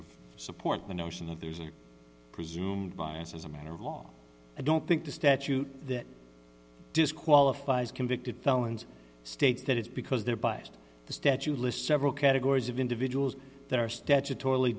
of support the notion of there's a presumed bias as a matter of law i don't think the statute that disqualifies convicted felons states that it's because they're biased the statue list several categories of individuals that are statutor